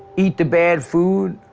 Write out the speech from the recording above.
eat the bad food,